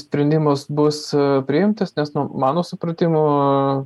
sprendimas bus priimtas nes nu mano supratimu